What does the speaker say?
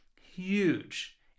huge